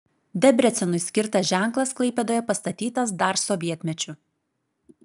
debrecenui skirtas ženklas klaipėdoje pastatytas dar sovietmečiu